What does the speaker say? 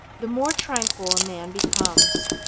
the more tranquil a man becomes,